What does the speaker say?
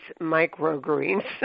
microgreens